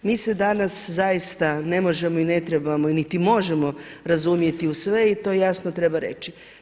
Mi se danas zaista ne možemo i ne trebamo niti možemo razumjeti u sve i to jasno treba reći.